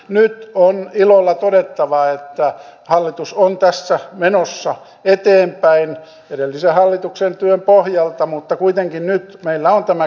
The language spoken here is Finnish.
nyt on ilolla todettava että hallitus on tässä menossa eteenpäin edellisen hallituksen työn pohjalta mutta kuitenkin tämä on meillä nyt käsittelyssä